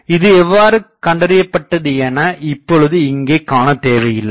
இது எவ்வாறு கண்டறியப்பட்டது என இப்பொழுது இங்கே காணத்தேவையில்லை